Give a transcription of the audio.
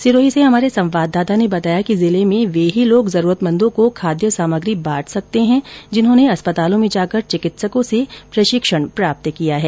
सिरोही से हमारे संवाददाता ने बताया कि जिले में वे ही लोग जरूरतमंदों को खाद सामग्री बांट सकते है जिन्होने अस्पतालो में जाकर चिकित्सकों से प्रशिक्षण प्राप्त किया हैं